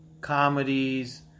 Comedies